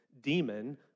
demon